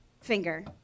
finger